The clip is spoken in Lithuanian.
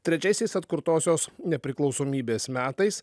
trečiaisiais atkurtosios nepriklausomybės metais